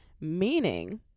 Meaning